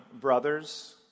brothers